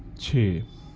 چھ